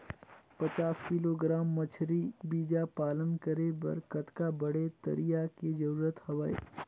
पचास किलोग्राम मछरी बीजा पालन करे बर कतका बड़े तरिया के जरूरत हवय?